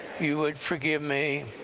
you would forgive me